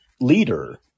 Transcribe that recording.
leader